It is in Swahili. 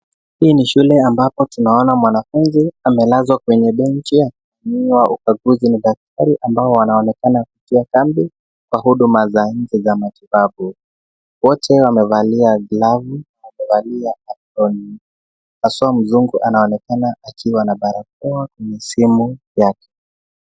Hii ni shule ambapo tunaona mwanafunzi amelazwa kwenye benchi akifanyiwa ukaguzi na daktari ambao wanaonekana kuchua sambli kwa huduma za nje za matibabu. Wote wamevalia glavu na wamevalia aproni haswa mzungu anaonekana kana akiwa na barakoa na simu yake.